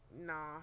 nah